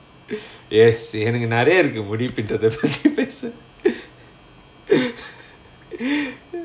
yes எனக்கு நெறய இருக்கு முடி பின்றத பத்தி பேச:enakku neraya irukku mudi pindratha pathi pesa